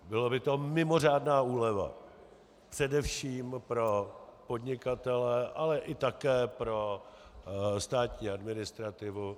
Byla by to mimořádná úleva především pro podnikatele, ale také i pro státní administrativu.